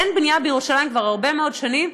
אין בנייה בירושלים כבר הרבה מאוד שנים,